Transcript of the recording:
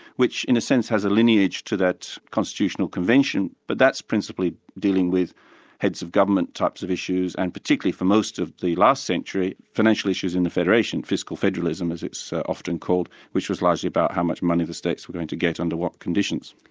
which in a sense has a lineage to that constitutional convention. but that's principally dealing with heads of government types of issues and particularly for most of the last century, financial issues in the federation, fiscal federalism, as it's often called, which was largely about how much money the states were going to get under what conditions.